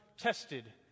tested